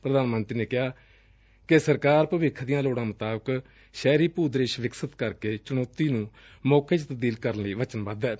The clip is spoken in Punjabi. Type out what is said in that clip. ਪ੍ਰਧਾਨ ਮੰਤਰੀ ਨੇ ਕਿਹਾ ਕਿ ਸਰਕਾਰ ਭਵਿੱਖ ਦੀਆਂ ਲੋੜਾਂ ਮੁਤਾਬਿਕ ਸ਼ਹਿਰੀ ਭੂਦ੍ਰਿਸ਼ ਵਿਕਸਤ ਕਰਕੇ ਚੂਣੌਤੀ ਨੂੰ ਮੌਕੇ ਚ ਤਬਦੀਲ ਕਰਨ ਲਈ ਵਚਨਬੱਧ ਏ